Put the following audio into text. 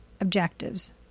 objectives